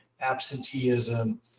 absenteeism